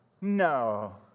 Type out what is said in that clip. No